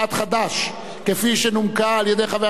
שנומקה על-ידי חבר הכנסת חנא סוייד,